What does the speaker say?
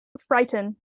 Frighten